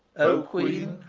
o queen,